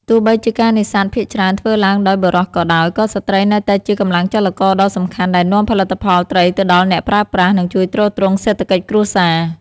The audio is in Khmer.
ទោះបីជាការនេសាទភាគច្រើនធ្វើឡើងដោយបុរសក៏ដោយ ក៏ស្ត្រីនៅតែជាកម្លាំងចលករដ៏សំខាន់ដែលនាំផលិតផលត្រីទៅដល់អ្នកប្រើប្រាស់ និងជួយទ្រទ្រង់សេដ្ឋកិច្ចគ្រួសារ។